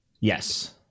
Yes